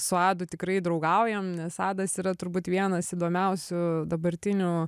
su adu tikrai draugaujam nes adas yra turbūt vienas įdomiausių dabartinių